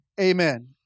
Amen